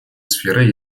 сферой